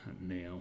now